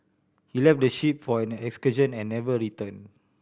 he left the ship for an excursion and never return